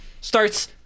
starts